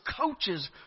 coaches